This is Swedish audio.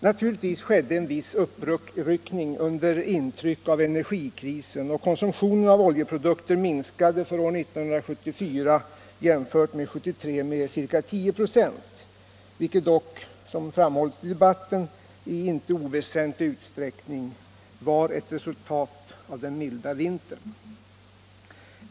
Naturligtvis skedde en viss uppryckning under intryck av energikrisen, och konsumtionen av oljeprodukter minskade för 1974 jämfört med 1973 med ca 10 96, vilket dock, som framhölls i debatten, i inte oväsentlig utsträckning var ett resultat av den milda vintern.